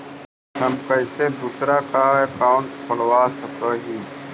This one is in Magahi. हम कैसे दूसरा का अकाउंट खोलबा सकी ही?